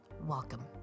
Welcome